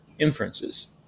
Inferences